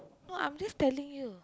no I'm just telling you